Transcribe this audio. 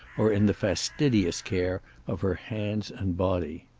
or in the fastidious care of her hands and body.